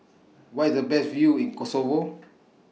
Where IS The Best View in Kosovo